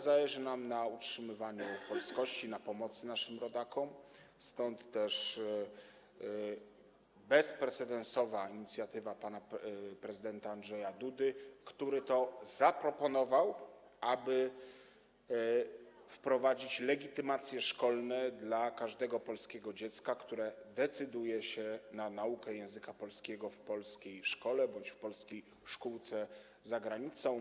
Zależy nam też na utrzymywaniu polskości, na pomocy naszym rodakom, stąd też bezprecedensowa inicjatywa pan prezydenta Andrzeja Dudy, który to zaproponował, aby wprowadzić legitymacje szkolne dla każdego polskiego dziecka, które decyduje się na naukę języka polskiego w polskiej szkole bądź w polskiej szkółce za granicą.